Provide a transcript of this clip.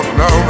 no